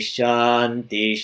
Shanti